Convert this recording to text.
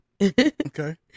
okay